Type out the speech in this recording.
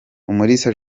umulisa